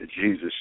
Jesus